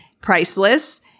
priceless